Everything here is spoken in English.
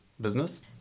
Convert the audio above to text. business